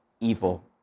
evil